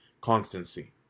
constancy